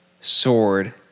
sword